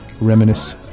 reminisce